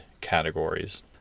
categories